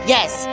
Yes